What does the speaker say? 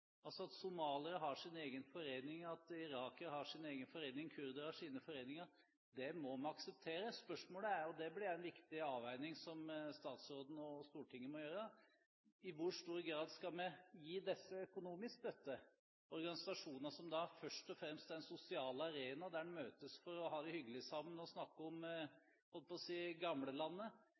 At somaliere har sin egen forening, at irakere har sin egen forening og kurdere har sine foreninger, må vi akseptere. Spørsmålet er, og det blir en viktig avveining som statsråden og Stortinget må gjøre: I hvor stor grad skal vi gi disse økonomisk støtte – organisasjoner som først og fremst er en sosial arena der en møtes for å ha det hyggelig sammen og snakke om